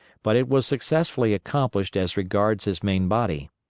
but it was successfully accomplished as regards his main body.